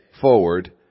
forward